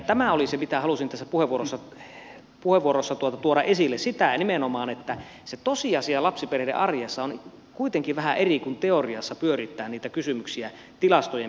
tämä oli se mitä halusin tässä puheenvuorossa tuoda esille nimenomaan se että se tosiasia lapsiperheiden arjessa on kuitenkin vähän eri kuin teoriassa pyörittää niitä kysymyksiä tilastojen perusteella